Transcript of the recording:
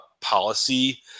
policy